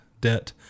debt